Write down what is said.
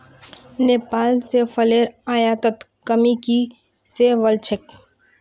नेपाल स फलेर आयातत कमी की स वल छेक